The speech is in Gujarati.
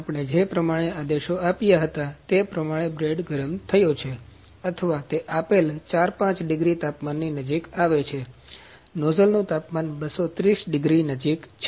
આપણે જે પ્રમાણે આદેશો આપ્યા હતા તે પ્રમાણે બેડ ગરમ થયો છે અથવા તે આપેલ ચાર થી પાંચ ડિગ્રી તાપમાનની નજીક આવે છે નોઝલ નુ તાપમાન 230 ડિગ્રી નજીક છે